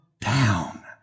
down